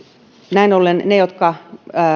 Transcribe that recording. näin ollen ne jotka